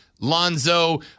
Lonzo